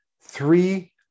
three